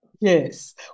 Yes